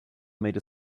made